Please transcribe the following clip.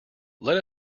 let